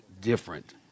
different